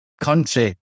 country